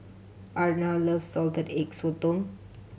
Erna loves Salted Egg Sotong